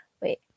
Wait